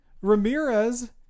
Ramirez